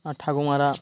আর ঠাকুমারা